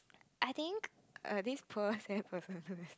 I think err this poor